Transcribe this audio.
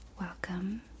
Welcome